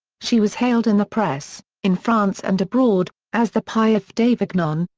she was hailed in the press, in france and abroad, as the piaf d'avignon,